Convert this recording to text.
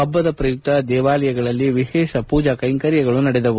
ಹಭ್ವದ ಪ್ರಯುಕ್ತ ದೇವಾಲಯಗಳಲ್ಲಿ ವಿಶೇಷ ಪೂಜಾ ಕ್ಷೆಂಕರ್ಯಗಳು ನಡೆದವು